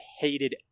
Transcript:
hated